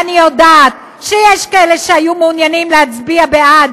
ואני יודעת שיש כאלה שהיו מעוניינים להצביע בעד